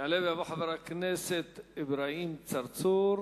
יעלה ויבוא חבר הכנסת אברהים צרצור.